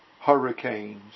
hurricanes